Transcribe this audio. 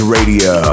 Radio